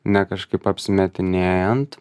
ne kažkaip apsimetinėjant